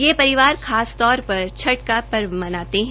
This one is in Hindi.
ये परिवार खासतौर पर छठ का पर्व मनाते हैं